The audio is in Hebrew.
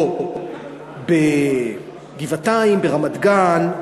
בגבעתיים, ברמת-גן,